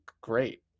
great